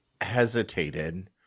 hesitated